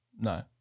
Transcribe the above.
No